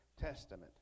Testament